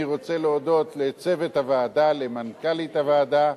אני רוצה להודות לצוות הוועדה, למנכ"לית הוועדה,